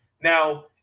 Now